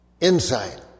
insight